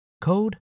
code